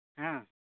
ᱦᱮᱸ